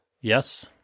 Yes